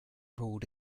ruled